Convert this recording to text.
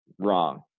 wrong